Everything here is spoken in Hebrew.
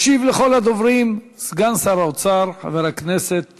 ישיב לכל הדוברים סגן שר האוצר חבר הכנסת